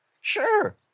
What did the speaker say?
Sure